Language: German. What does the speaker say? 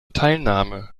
teilnahme